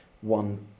one